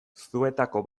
zuetako